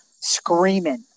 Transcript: screaming